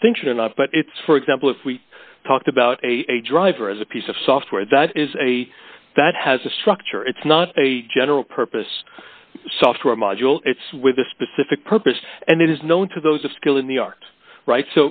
distinction or not but it's for example if we talked about a driver as a piece of software that is a that has a structure it's not a general purpose software module it's with a specific purpose and it is known to those of skill in the art right